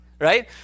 Right